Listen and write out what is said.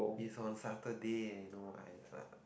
it's on Saturday no idea